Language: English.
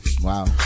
Wow